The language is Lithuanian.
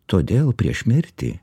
todėl prieš mirtį